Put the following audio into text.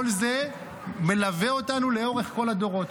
כל זה מלווה אותנו לאורך כל הדורות,